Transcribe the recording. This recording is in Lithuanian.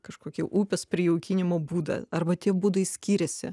kažkokį upės prijaukinimo būdą arba tie būdai skiriasi